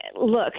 look